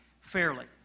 fairly